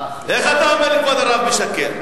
איך אתה אומר לכבוד הרב "משקר"?